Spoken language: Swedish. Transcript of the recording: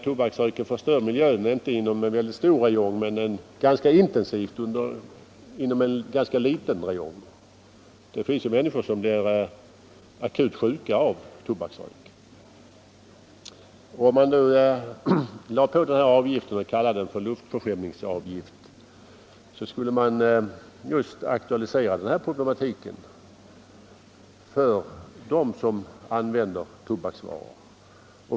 Tobaksröken förstör miljön — inte inom en mycket stor räjong men ganska intensivt inom en rätt liten räjong. Det finns ju människor som blir akut sjuka av tobaksrök. Om man nu lade på denna avgift och kallade den luftförskämningsavgift, skulle man aktualisera problematiken för dem som använder tobaksvaror.